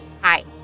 Hi